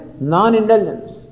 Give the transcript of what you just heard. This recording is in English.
non-indulgence